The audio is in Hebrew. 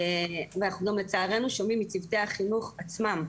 אנחנו גם לצערנו שומעים מצוותי החינוך עצמם,